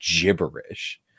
gibberish